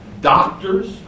doctors